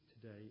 today